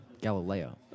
Galileo